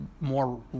more